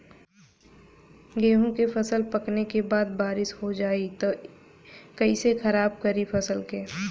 गेहूँ के फसल पकने के बाद बारिश हो जाई त कइसे खराब करी फसल के?